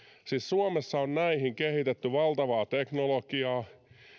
siis suomessa on näihin kehitetty valtavaa teknologiaa